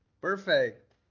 Perfect